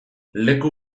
leku